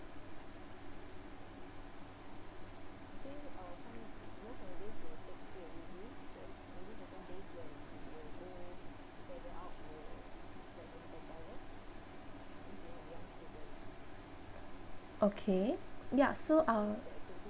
okay ya so uh